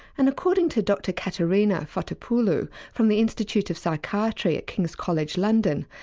and according to dr katerina fotopoulou from the institute of psychiatry at kings college london,